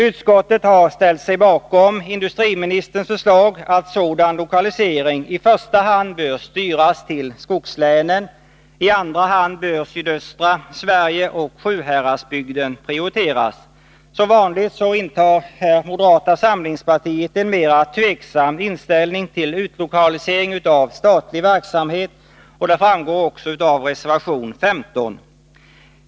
Utskottet har ställt sig bakom industriministerns förslag att sådan lokalisering i första hand skall styras till skogslänen. I andra hand bör sydöstra Sverige och Sjuhäradsbygden prioriteras. Som vanligt intar moderata samlingspartiet en mera tveksam inställning till utlokalisering av statlig verksamhet, och det framgår också av reservation 15.